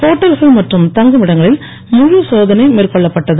ஹோட்ல்கள் மற்றும் தங்குமிடங்களில் முழு சோதனை மேற்கொள்ளப்பட்டது